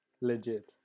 Legit